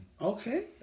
Okay